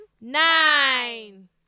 nine